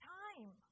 time